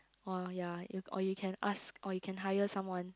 uh ya or you can ask or you can hire someone